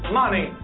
money